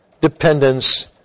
dependence